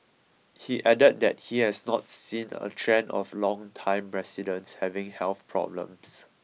he added that he has not seen a trend of longtime residents having health problems